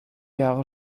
jahre